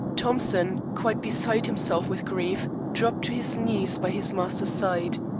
thompson, quite beside himself with grief, dropped to his knees by his master's side.